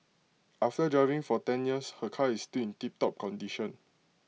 after driving for ten years her car is still in tiptop condition